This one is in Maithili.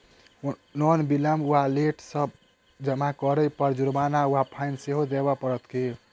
लोन विलंब वा लेट सँ जमा करै पर जुर्माना वा फाइन सेहो देबै पड़त की?